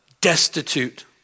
destitute